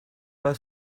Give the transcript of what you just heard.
pas